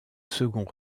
second